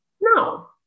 No